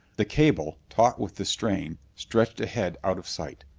the cable, taut with the strain, stretched ahead out of sight.